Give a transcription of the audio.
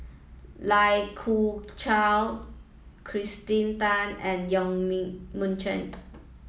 Lai Kew Chai Kirsten Tan and Yong Mun Chee